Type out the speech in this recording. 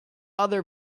other